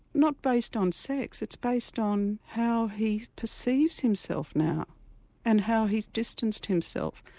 not based on sex it's based on how he perceives himself now and how he's distanced himself.